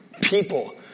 people